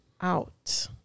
out